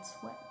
sweat